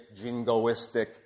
jingoistic